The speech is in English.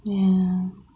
ya